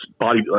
body